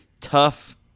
tough